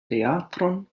teatron